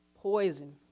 poison